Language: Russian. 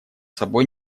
собой